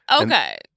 Okay